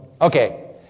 Okay